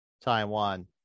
Taiwan